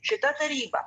šita taryba